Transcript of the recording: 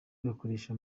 bakoresha